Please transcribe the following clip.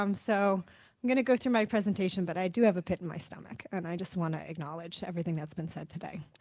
i'm so going to go through my presentation but i do have a pit in my stomach and i just want to acknowledge everything that's been said today.